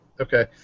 Okay